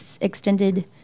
extended